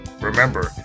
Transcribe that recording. Remember